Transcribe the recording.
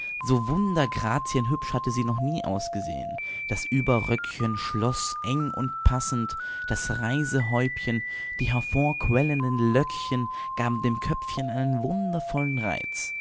so wundergrazienhübsch hatte sie noch nie ausgesehen das überröckchen schloß so eng und passend das reisehäubchen die hervorquellenden löckchen gaben dem köpfchen einen wundervollen reiz